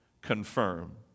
confirm